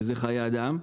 כי זה חיי אדם.